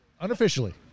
Unofficially